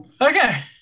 Okay